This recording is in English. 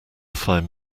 find